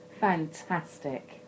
Fantastic